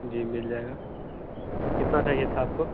जी मिल जाएगा कितना चाहिए था आपको